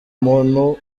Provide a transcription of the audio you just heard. muntu